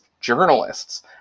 journalists